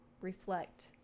reflect